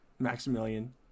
Maximilian